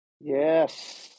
Yes